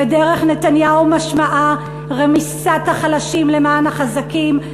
ודרך נתניהו משמעה רמיסת החלשים למען החזקים,